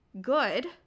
good